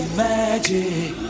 magic